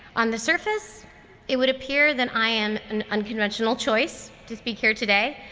on the surface it would appear that i am an unconventional choice to speak here today.